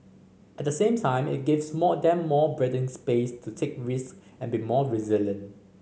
at the same time it gives more than more breathing space to take risk and be more resilient